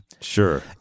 sure